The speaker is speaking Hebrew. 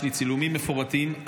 יש לי צילומים מפורטים.